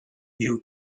you